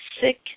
sick